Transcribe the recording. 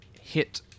hit